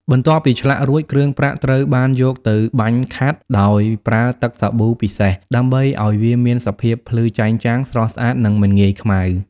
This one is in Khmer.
បន្ទាប់ពីឆ្លាក់រួច គ្រឿងប្រាក់ត្រូវបានយកទៅ បាញ់ខាត់ ដោយប្រើទឹកសាប៊ូពិសេសដើម្បីឱ្យវាមានសភាពភ្លឺចែងចាំង ស្រស់ស្អាត និងមិនងាយខ្មៅ។